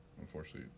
Unfortunately